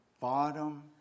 bottom